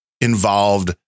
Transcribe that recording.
involved